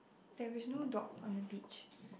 there is no dog on the beach